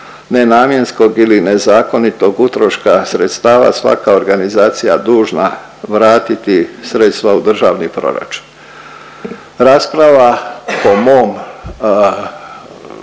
nenamjenskog ili nezakonitog utroška sredstava svaka organizacija dužna vratiti sredstva u državni proračun. Rasprava po mom